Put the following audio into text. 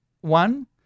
one